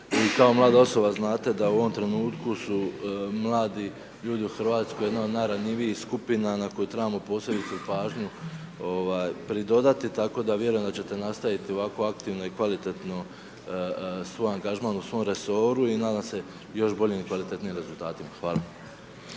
kao mlada osoba znate da u ovom trenutku su mladi ljudi u Hrvatskoj jedna od najranjivih skupina na koju trebamo posebice pažnju ovaj pridodati tako da vjerujem da ćete nastaviti ovakvu aktivnu i kvalitetnu suangažman u svoj resoru i nadam se još boljem i kvalitetnijim rezultatima. Hvala.